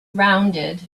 rounded